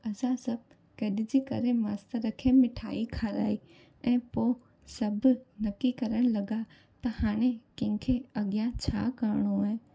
असां सभु गॾिजी करे मास्तर खे मिठाई खाराई ऐं पोइ सभु नकी करणु लॻा त हाणे कंहिंखें अॻियां छा करिणो आहे